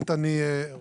אדוני היושב-ראש,